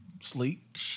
sleep